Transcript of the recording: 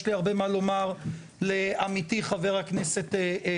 יש לי הרבה מה לומר לעמיתי, חבר הכנסת סוכות.